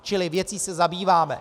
Čili věcí se zabýváme.